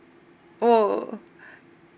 oh